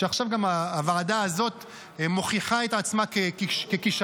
עכשיו גם הוועדה הזאת מוכיחה את עצמה ככישלון,